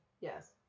yes